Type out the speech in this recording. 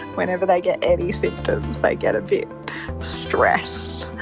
whenever they get any symptoms they get a bit stressed.